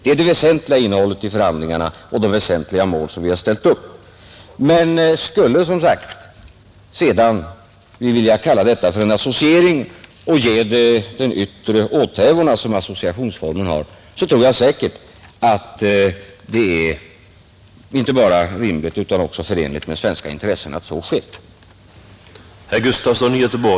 Det är det väsentliga innehållet i förhandlingarna och det huvudsakliga mål som vi ställt upp. Men skulle man som sagt sedan vilja kalla detta för en associering och ge det de yttre åthävor som associationsformen har, är det inte bara rimligt utan också förenligt med svenska intressen att så sker.